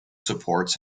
supports